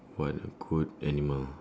what a good animal